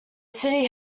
city